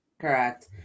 Correct